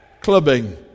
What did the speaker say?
clubbing